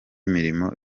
mirimo